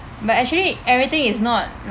but actually everything is not